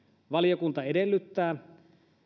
valiokunta edellyttää